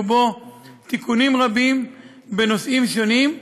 ובו תיקונים רבים בנושאים שונים,